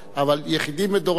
אבל יחידים בדורם,